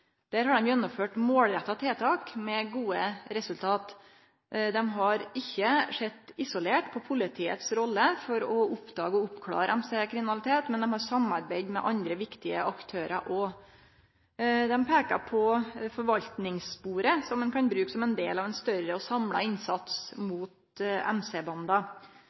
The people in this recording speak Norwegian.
Der har dei gjennomført målretta tiltak med gode resultat. Dei har ikkje sett isolert på politiets rolle for å oppdage og oppklare MC-kriminalitet, men dei har samarbeidd med andre viktige aktørar òg. Dei peiker på forvaltingssporet, som ein kan bruke som ein del av ein større og samla innsats mot